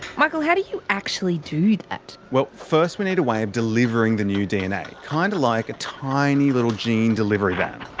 michael, how do you actually do that? well, first we need a way of delivering the new dna kind of like a tiny little gene delivery van.